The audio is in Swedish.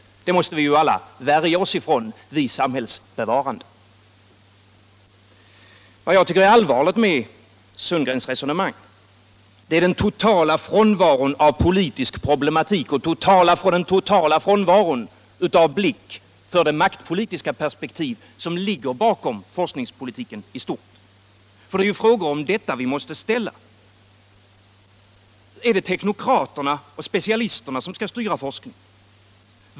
135 Det måste vi alla värja oss för, vi samhällsbevarare. Vad jag tycker är särskilt allvarligt med herr Sundgrens resonemang är den totala frånvaron av politisk problematik och blick för det maktpolitiska perspektiv som ligger bakom forskningspolitiken i stort. För det är ju frågor om det som vi här måste ställa. Är det teknokraterna och specialisterna som skall styra forskningen?